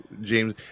James